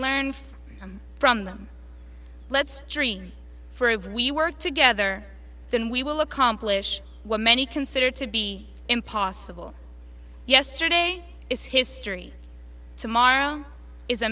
them from them let's dream for when we work together then we will accomplish what many consider to be impossible yesterday is history tomorrow is a